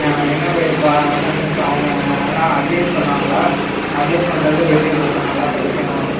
என்ன பெரியப்பா அப்படின்னு ஸோ அவங்க நல்லா அட்வைஸ் பண்ணுவாங்களா அட்வைஸ் பண்ணுறத கேட்டுக்கிட்ருப்பேன் நல்லா படிக்கணும்